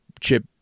chip